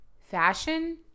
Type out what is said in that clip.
fashion